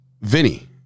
Vinny